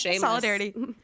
Solidarity